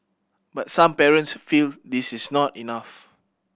but some parents feel this is not enough